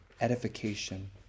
edification